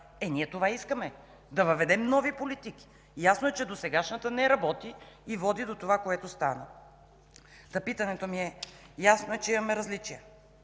Ние това искаме – да въведем нови политики. Ясно е, че досегашната не работи и води до това, което стана. Питането ми е – ясно е, че имаме различия.